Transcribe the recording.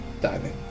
diving